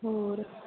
ਹੋਰ